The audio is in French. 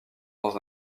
dans